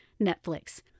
Netflix